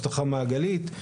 אבטחה מעגלית.